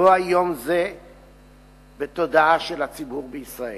לקבוע יום זה בתודעה של הציבור בישראל.